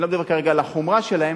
אני לא מדבר כרגע על החומרה שלהם,